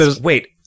wait